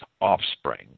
offspring